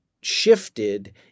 shifted